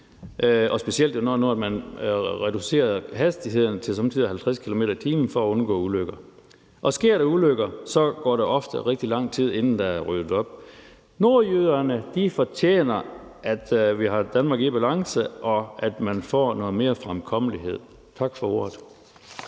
specielt når nu man reducerer hastigheden til at være 50 km/t. nogle steder for at undgå ulykker. Og sker der ulykker, går der ofte rigtig lang tid, inden der er ryddet op. Nordjyderne fortjener, at vi har et Danmark i balance, og at man får noget mere fremkommelighed. Tak for ordet.